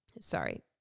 sorry